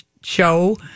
show